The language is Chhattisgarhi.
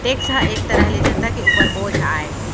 टेक्स ह एक तरह ले जनता के उपर बोझ आय